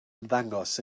ymddangos